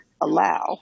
allow